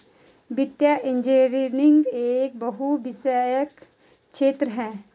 वित्तीय इंजीनियरिंग एक बहुविषयक क्षेत्र है